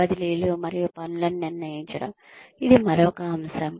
బదిలీలు మరియు పనులను నిర్ణయించడం ఇది మరొక అంశం